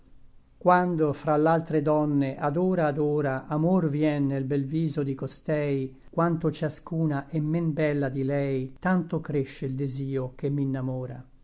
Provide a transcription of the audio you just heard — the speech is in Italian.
quando fra l'altre donne ad ora ad ora amor vien nel bel viso di costei quanto ciascuna è men bella di lei tanto cresce l desio che m'innamora